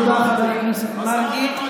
תודה, חבר הכנסת מרגי.